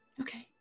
Okay